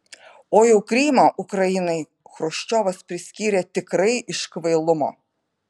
o jau krymą ukrainai chruščiovas priskyrė tikrai iš kvailumo